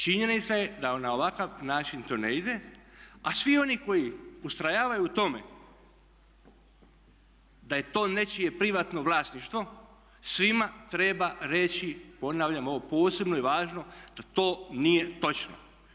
Činjenica je da na ovakav način to ne ide, a svi oni koji ustraju u tome da je to nečije privatno vlasništvo svima treba reći ponavljam ovo i posebno je važno da to nije točno.